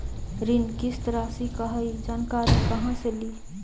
ऋण किस्त रासि का हई जानकारी कहाँ से ली?